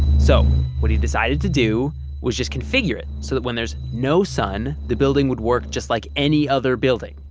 so what he decided to do was just configure it so that when there's no sun, the building would work just like any other building.